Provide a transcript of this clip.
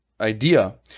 idea